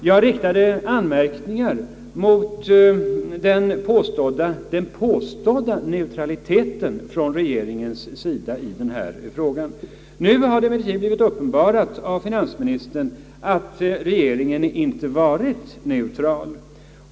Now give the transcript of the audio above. Jag riktade anmärkningar mot den påstådda neutraliteten från regeringens sida i denna fråga. Nu har det emellertid blivit uppenbarat av finansministern att regeringen inte varit neutral.